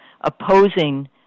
opposing